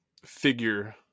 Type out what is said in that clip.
figure